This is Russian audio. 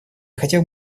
хотел